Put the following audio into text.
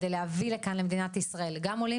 כדי להביא לכאן למדינת ישראל גם עולים